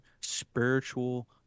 spiritual